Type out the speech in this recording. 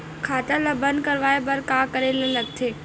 खाता ला बंद करवाय बार का करे ला लगथे?